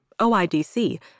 OIDC